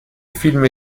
film